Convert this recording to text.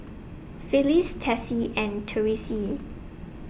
Phyliss Tessie and Tyreese